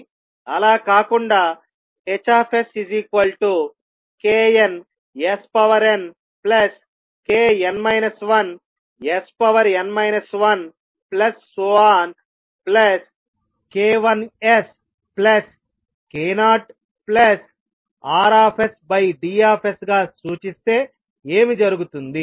అలా కాకుండా Hsknsnkn 1sn 1k1sk0RsDs గా సూచిస్తే ఏమి జరుగుతుంది